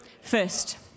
First